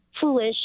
foolish